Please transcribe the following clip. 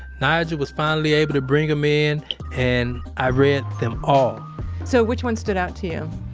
nigel was finally able to bring them in and ah read them all so, which one stood out to you?